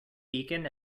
beacon